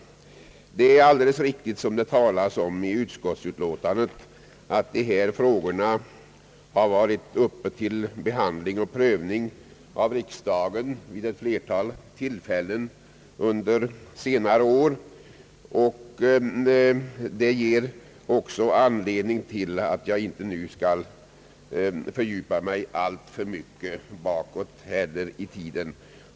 Det är alldeles riktigt som sägs i utskottsutlåtandet, att dessa frågor varit uppe till behandling och prövning av riksdagen vid ett flertal tillfällen under senare år, och det är också anledningen till att jag inte skall gå alltför långt tillbaka i tiden.